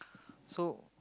so